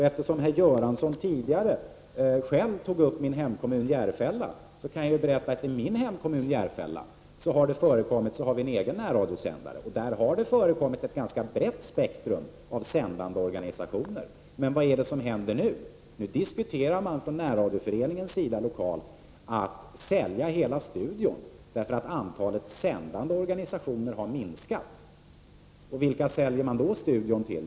Eftersom herr Göransson tidigare själv tog upp min hemkommun Järfälla, kan jag berätta att vi där har en egen närradiosändare. Där har det också förekommit ett ganska brett spektrum av sändande organisationer. Men vad är det som händer nu? Jo, nu diskuterar man inom den lokala närradioföreningen möjligheten att sälja hela studion, eftersom antalet sändande organisationer har minskat. Vilka säljer man då studion till?